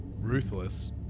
ruthless